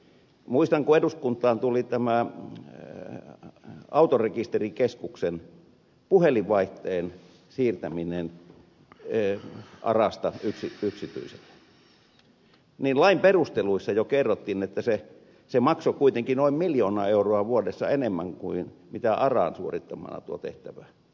muistan että kun eduskuntaan tuli autorekisterikeskuksen puhelinvaihteen siirtäminen akesta yksityiselle niin lain perusteluissa jo kerrottiin että se maksoi kuitenkin noin miljoona euroa vuodessa enemmän kuin mitä aken suorittamana tuo tehtävä